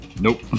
Nope